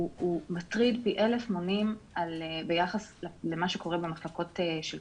הוא מטריד פי אלף מונים ביחס למה שקורה במחלקות של קטינים.